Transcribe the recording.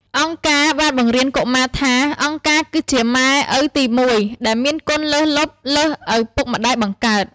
អង្គការបានបង្រៀនកុមារថា «អង្គការគឺជាម៉ែឪទីមួយ» ដែលមានគុណលើសលប់លើសឪពុកម្ដាយបង្កើត។